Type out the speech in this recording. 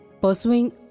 pursuing